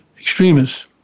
extremists